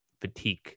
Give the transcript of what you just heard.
fatigue